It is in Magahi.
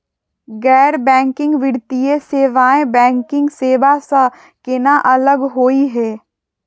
गैर बैंकिंग वित्तीय सेवाएं, बैंकिंग सेवा स केना अलग होई हे?